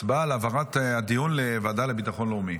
הצבעה על העברת הדיון לוועדה לביטחון לאומי.